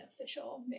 official